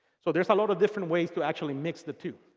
so there's a lot of different ways to actually mix the two.